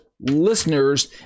listeners